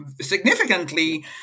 significantly